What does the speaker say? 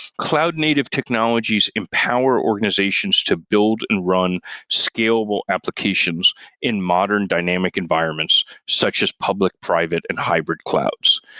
cloud native technologies empower organizations to build and run scalable applications in modern dynamic environments, such as public, private and hybrid clouds.